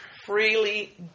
freely